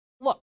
look